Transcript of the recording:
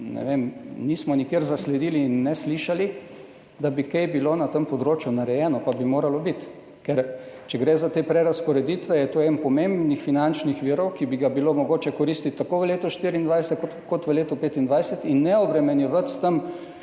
ne vem, nikjer nismo zasledili, ne slišali, da bi bilo kaj narejeno na tem področju, pa bi moralo biti, ker če gre za te prerazporeditve, je to eden pomembnih finančnih virov, ki bi ga bilo mogoče koristiti tako v letu 2024 kot v letu 2025. Ne obremenjevati s tem